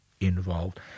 involved